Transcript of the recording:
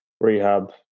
rehab